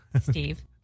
Steve